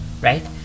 right